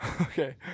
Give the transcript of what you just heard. Okay